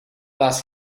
does